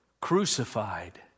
crucified